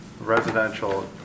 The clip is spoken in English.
residential